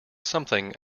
something